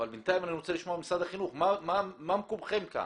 אבל בינתיים אני רוצה לשמוע ממשרד החינוך מה מקומכם כאן?